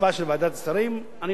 אני לא מסוגל להבין את השיקולים שלהם.